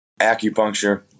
Acupuncture